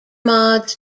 mods